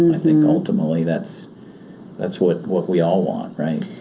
i think ultimately that's that's what what we all want, right?